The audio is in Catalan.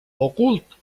ocult